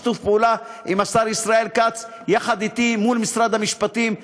בשיתוף פעולה עם השר ישראל כץ יחד אתי מול משרד המשפטים: